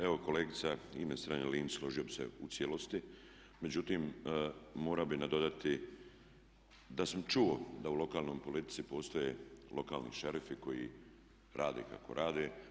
Evo kolegica Ines Strenja-Linić složio bih se u cijelosti međutim morao bih nadodati da sam čuo da u lokalnoj politici postoje lokalni šerifi koji rade kako rade.